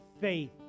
faith